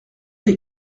des